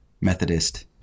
Methodist